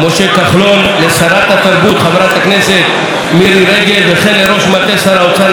לשרת התרבות חברת הכנסת מירי רגב וכן לראש מטה שר האוצר נדב שיינברגר,